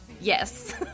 yes